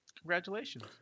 congratulations